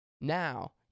Now